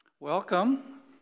Welcome